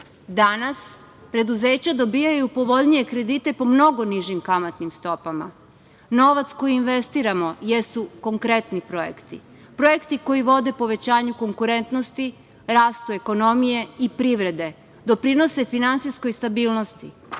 Danas preduzeća dobijaju povoljnije kredite po mnogo nižim kamatnim stopama. Novac koji investiramo jesu konkretni projekti, projekti koji vode povećanju konkurentnosti, rastu ekonomije i privrede, doprinose finansijskoj stabilnosti.